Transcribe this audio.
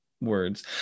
words